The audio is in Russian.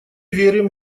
верим